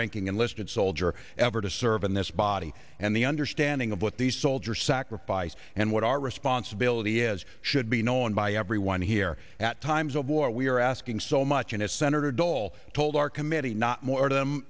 ranking enlisted soldier ever to serve in this body and the understanding of what these soldiers sacrifice and what our responsibility is should be known by everyone here at times of war we are asking so much and as senator dole told our committee not more of them